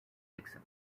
dixon